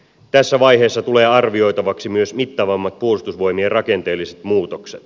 tässä vaiheessa tulevat arvioitavaksi myös mittavammat puolustusvoimien rakenteelliset muutokset